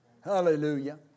Hallelujah